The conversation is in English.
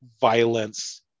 violence